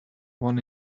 one